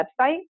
website